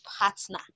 partner